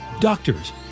Doctors